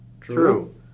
True